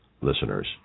listeners